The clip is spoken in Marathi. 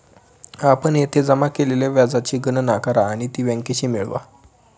आपण येथे जमा केलेल्या व्याजाची गणना करा आणि ती बँकेशी मिळवा